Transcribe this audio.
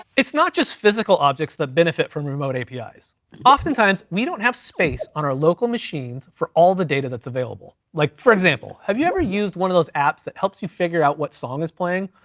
it's not just physical objects that benefit from remote apis. oftentimes we don't have space on our local machines for all the data that's available. like for example, have you ever used one of those apps that helps you figure out what song is planning?